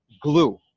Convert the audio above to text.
glue